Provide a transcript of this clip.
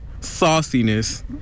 sauciness